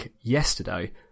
yesterday